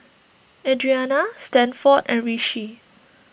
Adrianna Stanford and Rishi